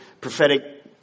prophetic